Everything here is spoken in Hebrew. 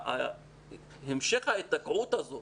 המשך ההיתקעות הזו